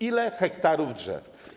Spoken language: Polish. Ile hektarów drzew?